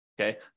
okay